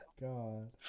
god